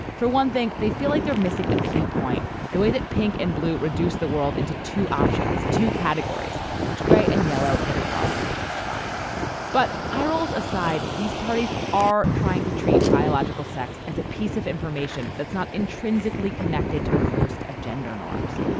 for one thing they feel like they're missing a key point the way that pink and blue reduced the world into two options two categories which gray and yellow get across just fine but i rules aside these parties are trying to treat biological sex as a piece of information that's not intrinsically connected to a host of gender norms.